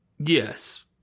Yes